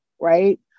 right